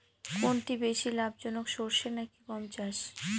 কোনটি বেশি লাভজনক সরষে নাকি গম চাষ?